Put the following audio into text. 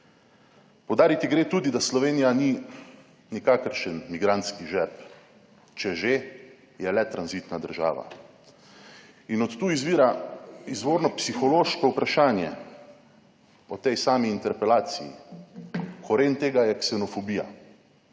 Poudariti gre tudi, da Slovenija ni nikakršen migrantski žep, če že, je le tranzitna država. In od tu izvira izvorno psihološko vprašanje o tej sami interpelaciji. Koren tega je ksenofobija,